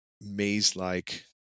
maze-like